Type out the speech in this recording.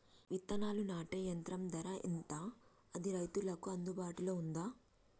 విత్తనాలు నాటే యంత్రం ధర ఎంత అది రైతులకు అందుబాటులో ఉందా?